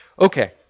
Okay